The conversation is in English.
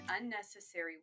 unnecessary